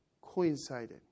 coincided